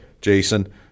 Jason